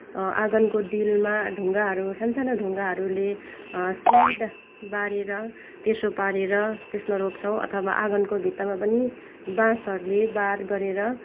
आँगनको डिलमा ढुङ्गाहरू सानो सानो ढुङ्गाहरूले सिधा बारेर तेर्सो पारेर त्यसमा रोप्छौँ अथवा आँगनको भित्तामा पनि बाँसहरूले बार गरेर